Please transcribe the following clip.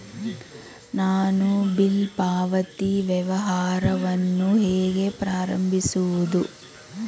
ನಾನು ಬಿಲ್ ಪಾವತಿ ವ್ಯವಹಾರವನ್ನು ಹೇಗೆ ಪ್ರಾರಂಭಿಸುವುದು?